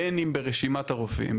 בין אם ברשימת הרופאים,